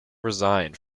resigned